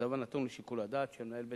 הדבר נתון לשיקול הדעת של מנהל בית-הספר.